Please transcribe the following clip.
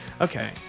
Okay